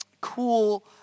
cool